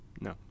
No